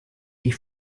ich